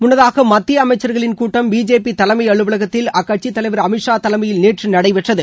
முன்னதாக மத்திய அமைச்சர்களின் கூட்டம் பிஜேபி தலைமை அலுவலகத்தில் அக்கட்சி தலைவர் அமித்ஷா தலைமையில் நேற்று நடைபெற்றது